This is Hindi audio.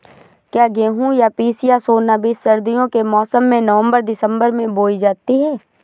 क्या गेहूँ या पिसिया सोना बीज सर्दियों के मौसम में नवम्बर दिसम्बर में बोई जाती है?